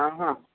हँ